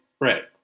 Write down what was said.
right